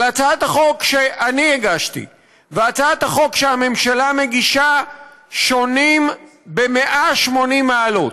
אבל הצעת החוק שאני הגשתי והצעת החוק שהממשלה מגישה שונות ב-180 מעלות,